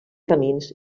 camins